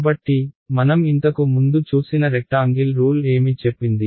కాబట్టి మనం ఇంతకు ముందు చూసిన రెక్టాంగిల్ రూల్ ఏమి చెప్పింది